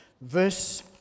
Verse